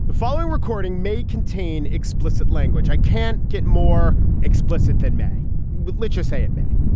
the following recording may contain explicit language i can't get more explicit than may literacy it may